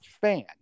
fan